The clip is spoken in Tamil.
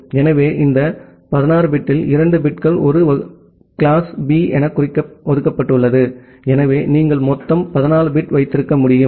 எனவே இந்த 16 பிட்டில் இரண்டு பிட்கள் ஒரு கிளாஸ் B எனக் குறிக்க ஒதுக்கப்பட்டுள்ளன எனவே நீங்கள் மொத்தம் 14 பிட் வைத்திருக்க முடியும்